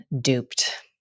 duped